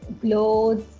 clothes